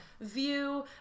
view